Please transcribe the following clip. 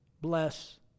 bless